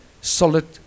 Solid